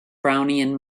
brownian